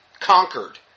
Conquered